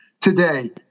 today